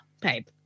babe